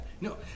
No